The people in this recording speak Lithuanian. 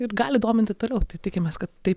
ir gali dominti toliau tai tikimės kad tai